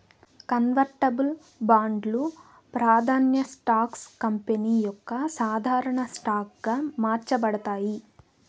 convertible బాండ్లు, ప్రాదాన్య stocks company యొక్క సాధారన స్టాక్ గా మార్చబడతాయి